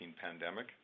pandemic